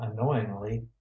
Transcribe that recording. annoyingly